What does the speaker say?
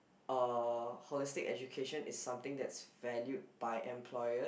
uh holistic education is something that's valued by employers